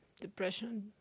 depression